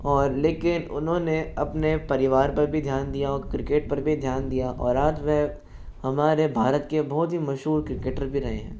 और लेकिन उन्होंने अपने परिवार पर भी ध्यान दिया और क्रिकेट पर भी ध्यान दिया और आज वह हमारे भारत के बहुत ही मशहूर क्रिकेटर भी रहे हैं